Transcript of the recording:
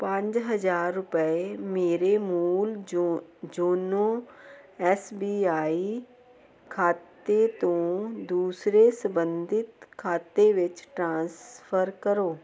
ਪੰਜ ਹਜ਼ਾਰ ਰੁਪਏ ਮੇਰੇ ਮੂਲ ਜੋ ਯੋਨੋ ਐਸ ਬੀ ਆਈ ਖਾਤੇ ਤੋਂ ਦੂਸਰੇ ਸੰਬੰਧਿਤ ਖਾਤੇ ਵਿੱਚ ਟ੍ਰਾਂਸਫਰ ਕਰੋ